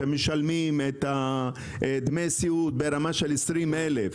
שם משלמים דמי סיעוד ברמה של 20 אלף,